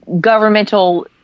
governmental